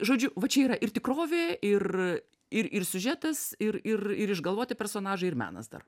žodžiu va čia yra ir tikrovė ir ir ir siužetas ir ir ir išgalvoti personažai ir menas dar